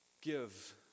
give